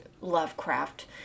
Lovecraft